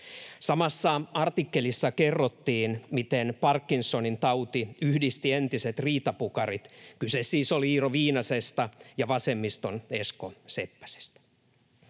Samassa artikkelissa kerrottiin, miten Parkinsonin tauti yhdisti entiset riitapukarit — kyse siis oli Iiro Viinasesta ja vasemmiston Esko Seppäsestä.